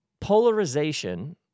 Polarization